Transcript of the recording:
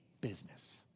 business